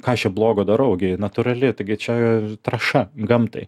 ką čia blogo darau gi natūrali taigi čia trąša gamtai